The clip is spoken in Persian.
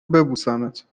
ببوسمت